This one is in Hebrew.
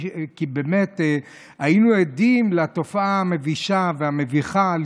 כי באמת היינו עדים לתופעה המבישה והמביכה,